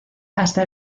hasta